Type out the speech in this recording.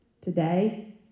today